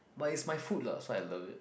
but is my food lah so I love it